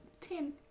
ten